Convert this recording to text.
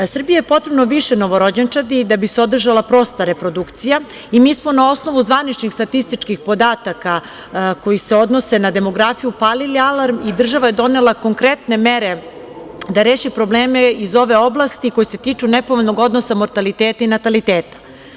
Srbije je potrebno više novorođenčadi da bi se održala prosta reprodukcija i mi smo na osnovu zvaničnih statističkih podataka koji se odnose na demografiju upalili alarm i država je donela konkretne mere da reši probleme iz ove oblasti koji se tiču nepovoljnog odnosa mortaliteta i nataliteta.